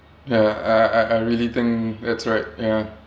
ya I I I I really think that's right ya